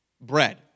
bread